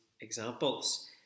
examples